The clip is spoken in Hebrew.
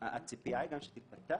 הציפייה היא שתתפתח